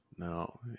No